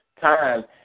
time